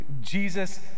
Jesus